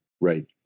Right